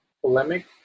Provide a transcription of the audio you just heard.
polemic